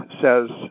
says